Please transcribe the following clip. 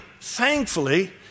thankfully